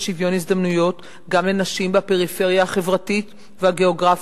שוויון הזדמנויות גם לנשים בפריפריה החברתית והגיאוגרפית.